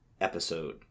episode